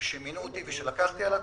שמינו אותי ושלקחתי על עצמי.